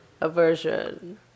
Aversion